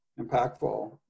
impactful